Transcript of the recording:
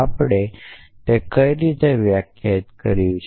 આપણે તે કઈ રીતે વ્યાખ્યાયિત કર્યું છે